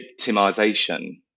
victimization